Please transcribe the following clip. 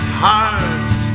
hearts